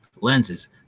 lenses